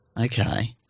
Okay